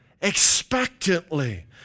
expectantly